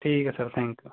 ਠੀਕ ਹੈ sir thank ਊ